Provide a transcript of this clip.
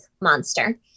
monster